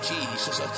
Jesus